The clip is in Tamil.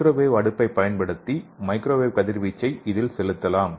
மைக்ரோவேவ் அடுப்பைப் பயன்படுத்தி மைக்ரோவேவ் கதிர்வீச்சை இதில் செலுத்தலாம்